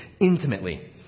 Intimately